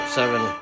seven